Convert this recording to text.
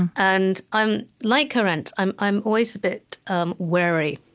and i'm like arendt. i'm i'm always a bit um wary.